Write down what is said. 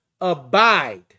abide